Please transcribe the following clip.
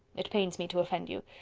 it pains me to offend you.